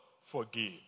forgive